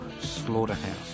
slaughterhouse